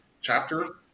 chapter